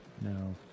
no